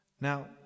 Now